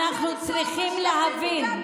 אנחנו צריכים להבין,